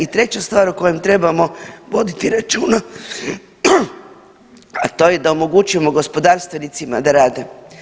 I treća stvar o kojem trebamo voditi računa, a to je da omogućimo gospodarstvenicima da rade.